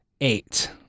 eight